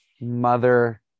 mother